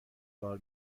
کار